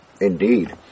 indeed